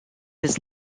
his